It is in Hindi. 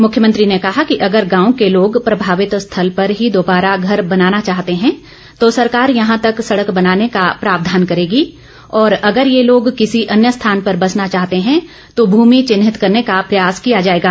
मुख्यमंत्री ने कहा कि अगर गांव के लोग प्रभावित स्थल पर ही दोबारा घर बनाना चाहते हैं तो सरकार यहां तक सड़क बनाने का प्रावधान करेगी और अगर ये लोग किसी अन्य स्थान पर बसना चाहते हैं तो भूमि चिन्हित करने का प्रयास किया जाएगा